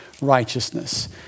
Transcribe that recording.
righteousness